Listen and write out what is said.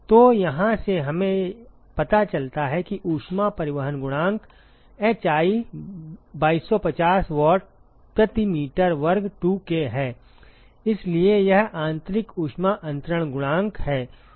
तो यहाँ से हमें पता चलता है कि ऊष्मा परिवहन गुणांक hi2250 वाट प्रति मीटर वर्ग 2 K है इसलिए यह आंतरिक ऊष्मा अंतरण गुणांक है